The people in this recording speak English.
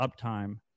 uptime